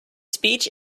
speech